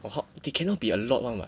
well ho~ they cannot be a lot [one] [what]